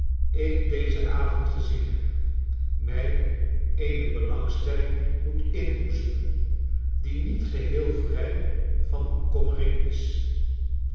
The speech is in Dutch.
ik dezen avond gezien heb mij eene belangstelling moet inboezemen die niet geheel vrij van bekommering is